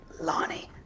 Lonnie